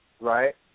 Right